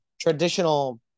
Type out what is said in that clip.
traditional